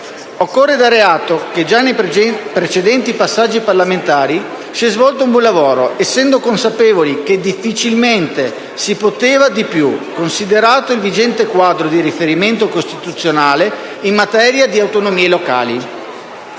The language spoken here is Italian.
Occorre dare atto che già nei precedenti passaggi parlamentari si è svolto un buon lavoro, essendo consapevoli che difficilmente si poteva fare di più, considerato il vigente quadro di riferimento costituzionale in materia di autonomie